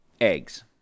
eggs